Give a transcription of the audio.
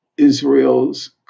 Israel's